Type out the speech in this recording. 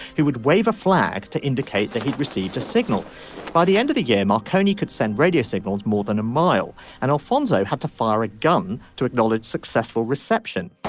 he would wave a flag to indicate that he'd received a signal by the end of the year marconi could send radio signals more than a mile and alfonzo had to fire a gun to acknowledge successful reception